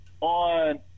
on